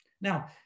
Now